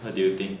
what do you think